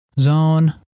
Zone